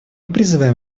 призываем